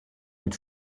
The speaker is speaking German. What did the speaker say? mit